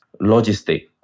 logistics